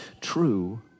true